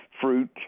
fruit